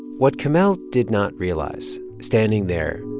what kamel did not realize, standing there,